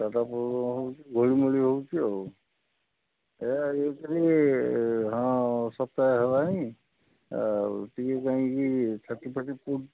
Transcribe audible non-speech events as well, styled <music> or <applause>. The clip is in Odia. <unintelligible> ଘୋଳିମୋଳି ହେଉଛି ଆଉ <unintelligible> ହଁ ସପ୍ତାହେ ହେଲାଣି ଆଉ ଏଇଥିପାଇଁକି ଛାତିଫାତି ପୋଡ଼ୁଛି